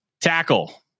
Tackle